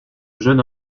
jeune